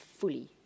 fully